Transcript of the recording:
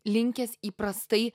linkęs įprastai